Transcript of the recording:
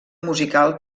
musical